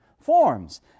forms